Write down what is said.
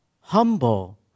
humble